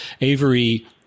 Avery